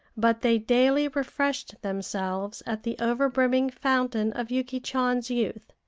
but they daily refreshed themselves at the overbrimming fountain of yuki chan's youth,